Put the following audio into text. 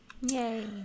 Yay